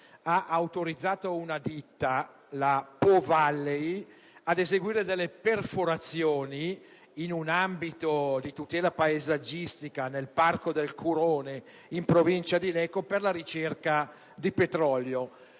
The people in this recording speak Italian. ha autorizzato una societa, la Po Valley, ad eseguire delle perforazioni, in un ambito di tutela paesaggistica sita nel Parco del Curone in provincia di Lecco, per la ricerca di petrolio.